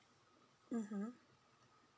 mmhmm